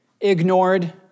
ignored